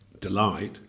delight